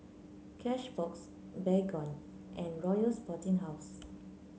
Cashbox Baygon and Royal Sporting House